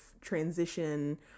transition